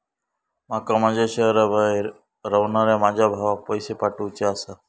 माका माझ्या शहराबाहेर रव्हनाऱ्या माझ्या भावाक पैसे पाठवुचे आसा